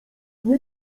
nie